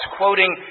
quoting